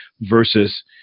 versus